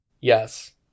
Yes